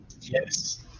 Yes